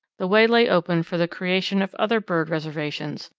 the way lay open for the creation of other bird reservations,